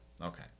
Okay